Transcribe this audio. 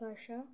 ভাষা